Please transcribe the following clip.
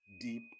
Deep